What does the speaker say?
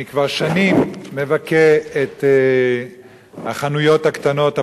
אני כבר שנים מבכה את החנויות הקטנות,